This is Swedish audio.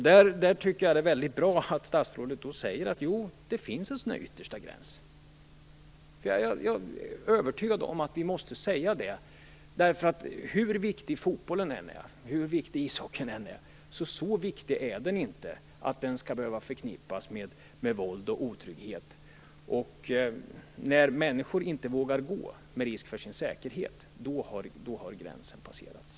Därför tycker jag att det är väldigt bra att statsrådet säger att det finns en yttersta gräns. Jag är övertygad om att vi måste säga det, därför att hur viktig fotbollen och ishockeyn än är, är den inte så viktig att den skall behöva förknippas med våld och otrygghet. När människor inte vågar gå på matcher eftersom det innebär risk för deras säkerhet har gränsen passerats.